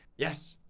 yes,